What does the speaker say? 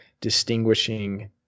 distinguishing